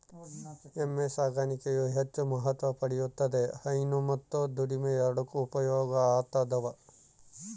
ಎಮ್ಮೆ ಸಾಕಾಣಿಕೆಯು ಹೆಚ್ಚು ಮಹತ್ವ ಪಡೆಯುತ್ತಿದೆ ಹೈನು ಮತ್ತು ದುಡಿಮೆ ಎರಡಕ್ಕೂ ಉಪಯೋಗ ಆತದವ